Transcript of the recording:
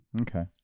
Okay